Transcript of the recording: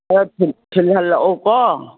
ꯈꯔ ꯊꯤꯜꯍꯜꯂꯛꯎꯀꯣ